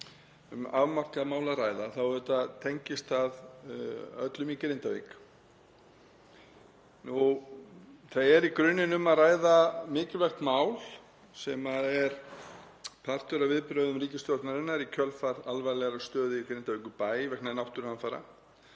um afmarkað mál að ræða þá tengist það auðvitað öllum í Grindavík. Hér er í grunninn um að ræða mikilvægt mál sem er partur af viðbrögðum ríkisstjórnarinnar í kjölfar alvarlegrar stöðu í Grindavíkurbæ vegna náttúruhamfara.